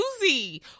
Susie